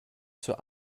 zur